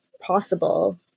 possible